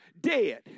dead